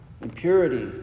impurity